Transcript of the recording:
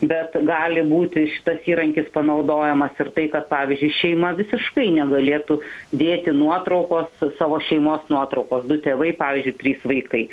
bet gali būti šitas įrankis panaudojamas ir tai kad pavyzdžiui šeima visiškai negalėtų dėti nuotraukos savo šeimos nuotraukos du tėvai pavyzdžiui trys vaikai